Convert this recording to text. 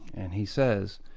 and he says,